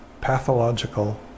pathological